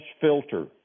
filter